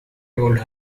told